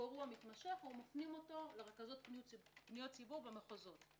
אירוע מתמשך מפנים אותו לרכזות פניות ציבור במחוזות.